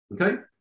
Okay